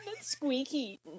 squeaky